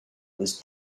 was